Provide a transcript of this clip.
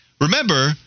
Remember